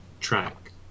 track